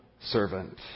servant